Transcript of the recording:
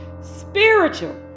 spiritual